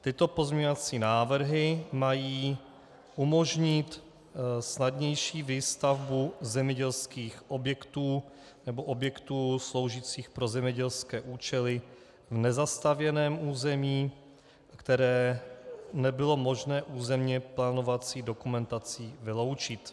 Tyto pozměňovací návrhy mají umožnit snadnější výstavbu zemědělských objektů nebo objektů sloužících pro zemědělské účely v nezastavěném území, které nebylo možné územně plánovací dokumentací vyloučit.